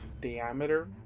diameter